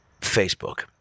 Facebook